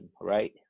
right